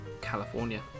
California